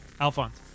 alphonse